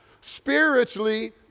spiritually